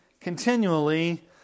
continually